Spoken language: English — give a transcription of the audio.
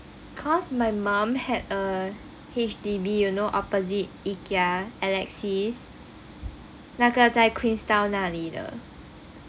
cause my mom had a H_D_B you know opposite ikea alexis 那个在 queenstown 那里的